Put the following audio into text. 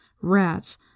Rats